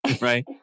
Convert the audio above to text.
Right